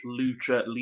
Lucha